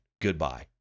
goodbye